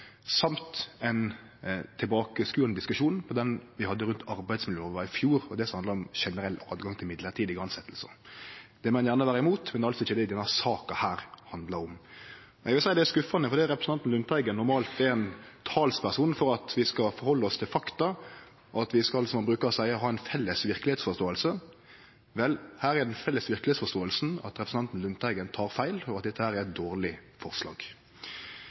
samt ein tilbakeskodande diskusjon, til den vi hadde rundt arbeidsmiljølova i fjor, og det som handlar om generell rett til midlertidige tilsetjingar. Det må ein gjerne vere imot, men det er altså ikkje det denne saka handlar om. Eg vil seie det er skuffande, for representanten Lundteigen er normalt ein talsperson for at vi skal halde oss til fakta, og at vi skal, som han brukar å seie, ha ei felles verkelegheitsforståing. Vel, her er den felles verkelegheitsforståinga at representanten Lundteigen tek feil, og at dette er eit dårleg forslag.